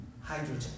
hydrogen